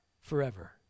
forever